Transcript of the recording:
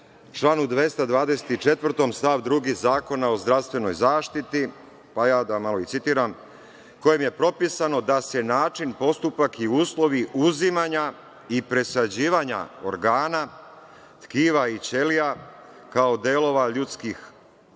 članu 224. stav 2. Zakona o zdravstvenoj zaštiti, pa ja i da malo i citiram kojim je propisano da se način, postupak i uslovi uzimanja i presađivanja organa, tkiva i ćelija kao delova ljudskog